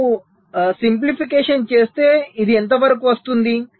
మీరు సింప్లిఫికేషన్ చేస్తే ఇది ఎంత వరకు వస్తుంది